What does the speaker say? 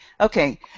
Okay